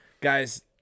Guys